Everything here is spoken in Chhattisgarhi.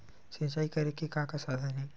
सिंचाई करे के का साधन हे?